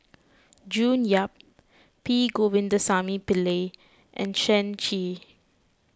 June Yap P Govindasamy Pillai and Shen Xi